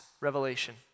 revelation